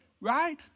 Right